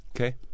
Okay